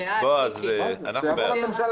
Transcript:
בעד.